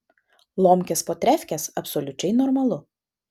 lomkės po trefkės absoliučiai normalu